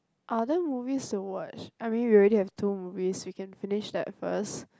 are there movies to watch I mean we already have two movies we can finish that first